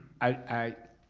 i